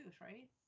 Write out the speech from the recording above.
right